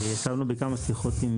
בכמה שיחות.